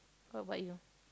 what about you